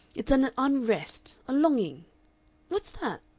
it's an unrest a longing what's that?